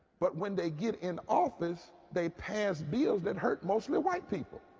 but when they get in office, they pass bills that hurt most ly white people.